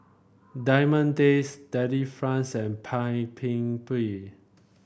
Diamond Days Delifrance and Paik Bibim